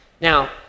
Now